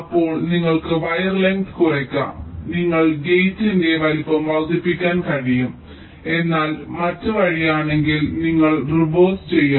അപ്പോൾ നിങ്ങൾക്ക് wire length കുറയ്ക്കാം നിങ്ങൾക്ക് ഗേറ്റിന്റെ വലുപ്പം വർദ്ധിപ്പിക്കാൻ കഴിയും എന്നാൽ മറ്റ് വഴിയാണെങ്കിൽ നിങ്ങൾ റിവേഴ്സ് ചെയ്യണം